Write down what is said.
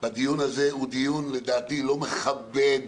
והדיון הזה הוא דיון לדעתי לא מכבד,